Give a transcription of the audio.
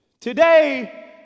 Today